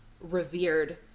revered